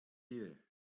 year